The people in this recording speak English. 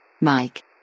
Mike